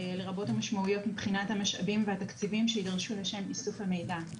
לרבות המשמעויות מבחינת המשאבים והתקציבים שיידרשו לשם איסוף המידע.